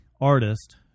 artist